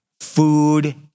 food